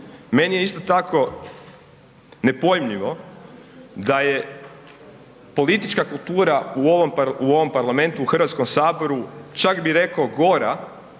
Meni je isto tako nepojmljivo da je politička kultura u ovom parlamentu u HS čak bi rekao gora